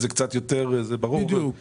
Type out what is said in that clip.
זה ברור.